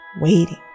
waiting